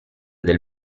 del